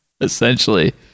Essentially